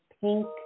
pink